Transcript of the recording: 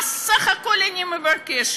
מה בסך הכול אני מבקשת?